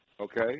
Okay